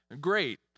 great